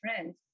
friends